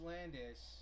Landis